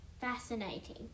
Fascinating